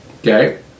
Okay